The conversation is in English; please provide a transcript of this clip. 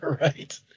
Right